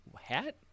hat